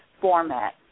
format